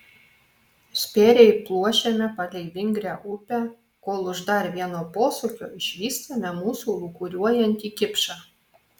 spėriai pluošiame palei vingrią upę kol už dar vieno posūkio išvystame mūsų lūkuriuojantį kipšą